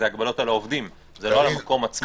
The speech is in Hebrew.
זה הגבלות על העובדים לא על המקום עצמו.